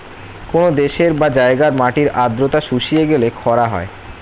কোন দেশের বা জায়গার মাটির আর্দ্রতা শুষিয়ে গেলে খরা হয়